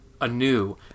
anew